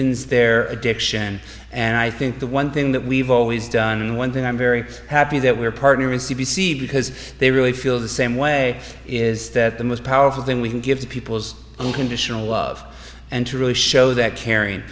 deepens their addiction and i think the one thing that we've always done and one thing i'm very happy that we're partners c b c because they really feel the same way is that the most powerful thing we can give to people's unconditional love and to really show that caring